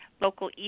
local